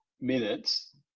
minutes